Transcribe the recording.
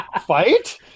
fight